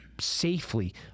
safely